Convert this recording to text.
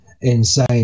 insane